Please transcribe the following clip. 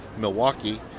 Milwaukee